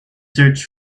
search